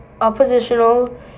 oppositional